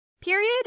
Period